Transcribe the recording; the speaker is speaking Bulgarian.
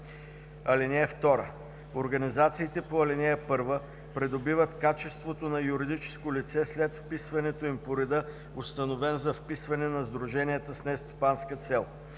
(2) Организациите по ал. 1 придобиват качеството на юридическо лице след вписването им по реда, установен за вписване на сдруженията с нестопанска цел.